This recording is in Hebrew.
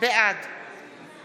בעד